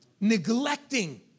Neglecting